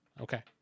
Okay